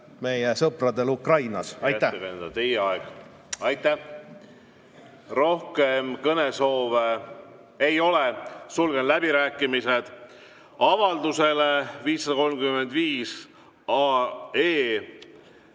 meie sõpradele Ukrainas. Aitäh!